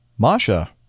Masha